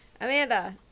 Amanda